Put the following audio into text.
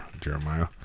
jeremiah